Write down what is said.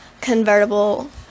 convertible